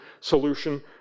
solution